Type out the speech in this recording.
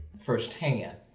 firsthand